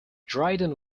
dryden